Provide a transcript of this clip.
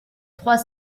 trois